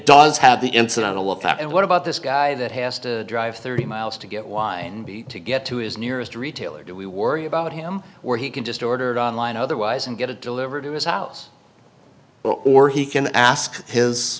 up and what about this guy that has to drive thirty miles to get wine be to get to his nearest retailer do we worry about him where he can just ordered online otherwise and get it delivered to his house or he can ask his